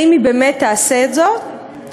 האם באמת היא תעשה את זאת?